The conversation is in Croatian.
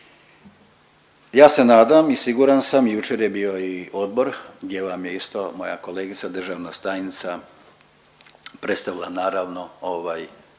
Ja se nadam i siguran sam i jučer je bio i odbor gdje vam je isto moja kolegica državna tajnica predstavila naravno ovo